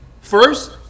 First